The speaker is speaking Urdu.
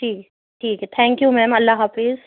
ٹھیک ٹھیک ہے تھینک یو میم اللہ حافظ